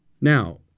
Now